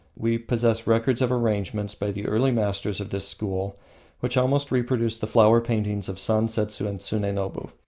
we possess records of arrangements by the early masters of the school which almost reproduce the flower paintings of sansetsu and tsunenobu.